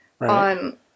on